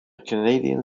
canadian